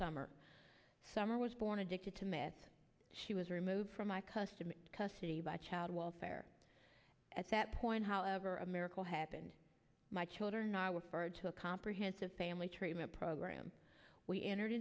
summer summer was born addicted to myth she was removed from my customer custody by child welfare at that point however a miracle happened my children are referred to a comprehensive family treatment program we entered